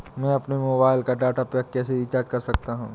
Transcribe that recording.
मैं अपने मोबाइल का डाटा पैक कैसे रीचार्ज कर सकता हूँ?